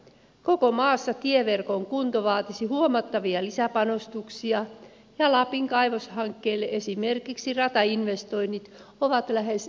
koko maassa tieverkon kunto vaatisi huomattavia lisäpanostuksia ja lapin kaivoshankkeille esimerkiksi ratainvestoinnit ovat lähes elinehto